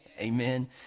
Amen